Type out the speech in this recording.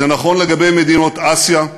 זה נכון לגבי מדינות אסיה,